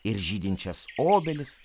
ir žydinčias obelis